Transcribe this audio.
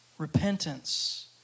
repentance